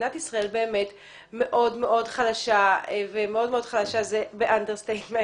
מדינת ישראל באמת מאוד-מאוד חלשה ומאוד-מאוד חלשה זה באנדרסטייטמנט